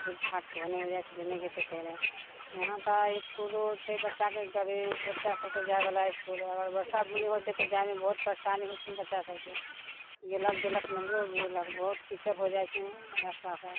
टूट फाटके ओहने हो जाइ छै जेहनेके तेहने इहाँ तऽ इसकुलो छै बच्चाके गरीब बच्चा सभके जाइवला इसकुल अगर बरसा बुन्नी होइ छै तऽ जाइमे बहुत परेशानी होइ छनि बच्चा सभके गेलक गेलक नहियों गेलक बहुत कीचड़ हो जाइ छै रस्तापर